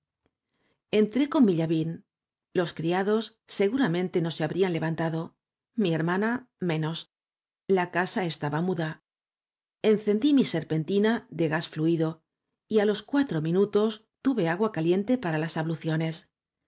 entré con mi llavín los criados seguramente no se habrían levantado mi hermana menos la casa estaba muda encendí mi serpentina de gas fluido y á los cuatro minutos tuve agua caliente para las abluciones